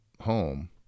home